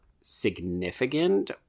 significant